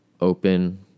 open